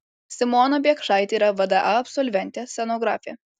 simona biekšaitė yra vda absolventė scenografė